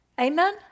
Amen